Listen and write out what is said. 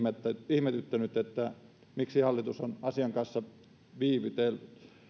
ihmetyttänyt miksi hallitus on asian kanssa viivytellyt